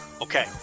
Okay